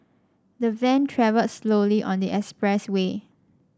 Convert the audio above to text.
the van travelled slowly on the express way